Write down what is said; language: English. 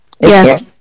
Yes